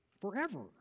forever